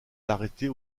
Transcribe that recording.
l’arrêter